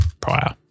prior